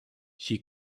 she